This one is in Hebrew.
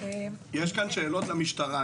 יש כאן שאלות למשטרה,